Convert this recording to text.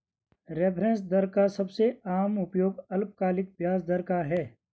reference दर का सबसे आम उपयोग अल्पकालिक ब्याज दर का है